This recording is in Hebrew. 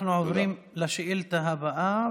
אנחנו עוברים לשאילתה הבאה,